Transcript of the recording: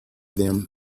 them